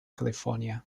california